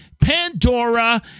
Pandora